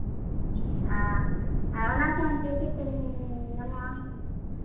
ᱟᱨ ᱚᱱᱟ ᱥᱟᱶᱛᱮ ᱪᱮᱫ ᱠᱚ ᱧᱟᱢᱚᱜᱼᱟ